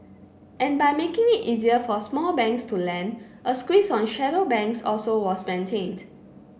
and by making it easier for small banks to lend a squeeze on shadow banks also was maintained